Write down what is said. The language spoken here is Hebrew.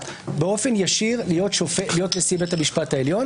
באופן ישיר להיות נשיא בית המשפט העליון.